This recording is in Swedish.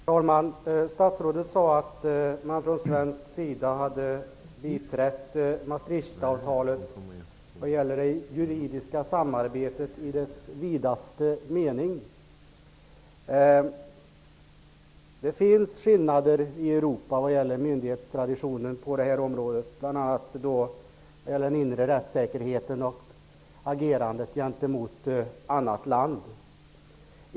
Herr talman! Statsrådet sade att man från svensk sida biträtt Maastrichtavtalet vad gäller det juridiska samarbetet i dess vidaste mening. Det finns skillnader i Europa i myndighetstraditionen på det här området, bl.a. vad gäller den inre rättssäkerheten och agrandet gentemot annat land.